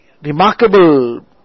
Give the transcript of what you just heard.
remarkable